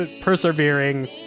persevering